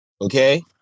Okay